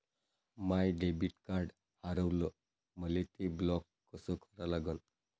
माय debit card हारवलं, मले ते ब्लॉक कस करा लागन?